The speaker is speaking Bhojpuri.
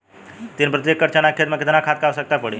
तीन प्रति एकड़ चना के खेत मे कितना खाद क आवश्यकता पड़ी?